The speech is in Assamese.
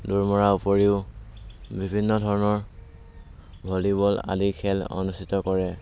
দৌৰ মৰা উপৰিও বিভিন্ন ধৰণৰ ভলিবল আদি খেল অনুষ্ঠিত কৰে